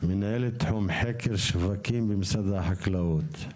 מנהלת תחום חקר שווקים במשרד החקלאות.